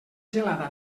gelada